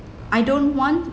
I don't want